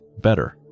better